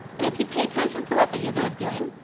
and if you pay attention to what the user is doing,